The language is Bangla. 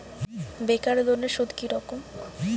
বেকার লোনের সুদ কি রকম?